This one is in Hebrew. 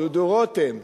דודו רותם.